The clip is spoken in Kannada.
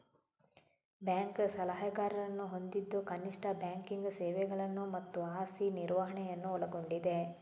ಬ್ಯಾಂಕ್ ಸಲಹೆಗಾರರನ್ನು ಹೊಂದಿದ್ದು ಕನಿಷ್ಠ ಬ್ಯಾಂಕಿಂಗ್ ಸೇವೆಗಳನ್ನು ಮತ್ತು ಆಸ್ತಿ ನಿರ್ವಹಣೆಯನ್ನು ಒಳಗೊಂಡಿದೆ